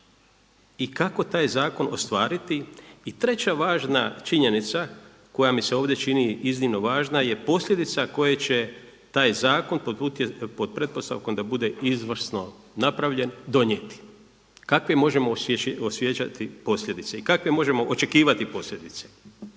i kako taj zakon ostvariti. I treća važna činjenica koja mi se ovdje čini iznimno važna je posljedica koje će taj zakon pod pretpostavkom da bude izvrsno napravljen donijeti. Kakve možemo osjećati posljedice i kakve možemo očekivati posljedice?